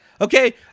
Okay